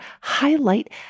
highlight